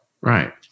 Right